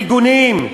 מיגונים.